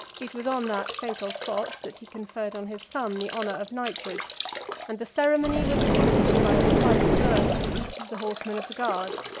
it was on that fatal spot that he conferred on his son the honor of knighthood and the ceremony was accomplished by a slight blow from each of the horsemen of the guard,